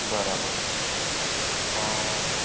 बराबरि हा